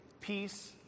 Peace